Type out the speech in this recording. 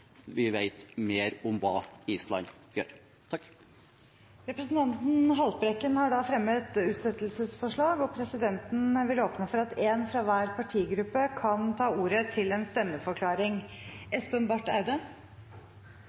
vi vet mer om hva Island gjør. Representanten Haltbrekken har da fremmet et utsettelsesforslag. Presidenten vil nå åpne for at en fra hver partigruppe får ordet til en stemmeforklaring.